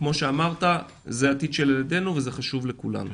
כמו שאמרת זה העתיד של ילדינו וזה חשוב לכולנו.